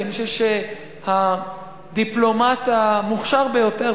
כי אני חושב שהדיפלומט המוכשר ביותר,